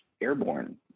airborne